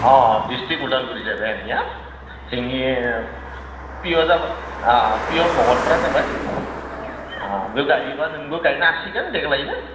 अ district Udalguri जाहैबाय आंनिया जोंनि पि अ जाबाय अ पि अ भगतपारा जाबाय अ बेयाव गायोबा नोंबो गायनो हासिगोन देग्लायनो